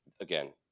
Again